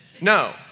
No